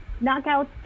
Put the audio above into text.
knockout